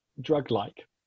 drug-like